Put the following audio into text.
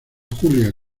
julia